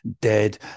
dead